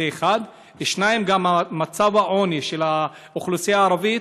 זה 1. 2. מצב העוני של האוכלוסייה הערבית,